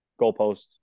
Goalposts